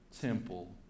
temple